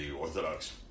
Orthodox